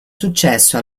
successo